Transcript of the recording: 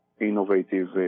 innovative